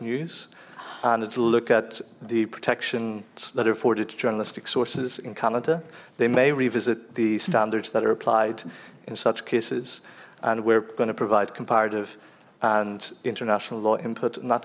news and look at the protections that are afforded journalistic sources in canada they may revisit the standards that are applied in such cases and we're going to provide comparative and international law input not